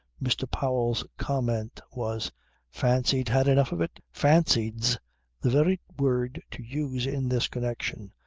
mr. powell's comment was fancied had enough of it? fancied's the very word to use in this connection,